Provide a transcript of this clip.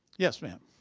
yes, ma'am.